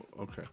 Okay